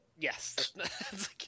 Yes